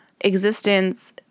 existence